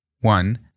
one